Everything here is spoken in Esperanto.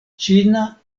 ĉina